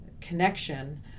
connection